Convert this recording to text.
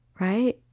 right